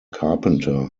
carpenter